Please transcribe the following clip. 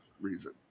reason